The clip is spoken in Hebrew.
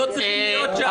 הם לא צריכים להיות שם.